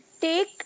take